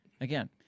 Again